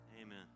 Amen